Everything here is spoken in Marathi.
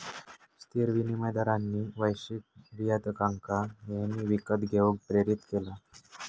स्थिर विनिमय दरांनी वैश्विक निर्यातकांका नेहमी विकत घेऊक प्रेरीत केला